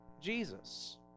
Jesus